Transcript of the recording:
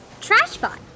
Trashbot